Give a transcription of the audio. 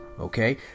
Okay